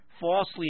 falsely